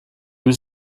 was